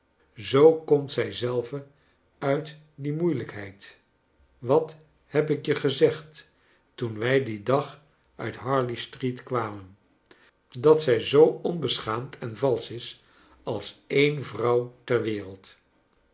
zoo komt zij zelve uit die moeilijkheid wat heb ik je gezegd toen wij dien dag uit harley street kwamen dat zij zoo onbeschaamd en valsch is als een vrouw ter wereld